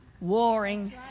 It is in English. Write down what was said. warring